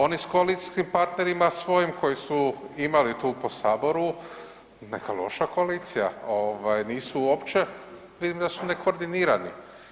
Oni s koalicijskim partnerima svojim koji su imali tu po saboru, neka loša koalicija, ovaj nisu uopće, vidim da su nekoordinirani.